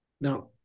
Now